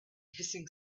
hissing